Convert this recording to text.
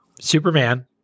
Superman